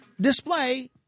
display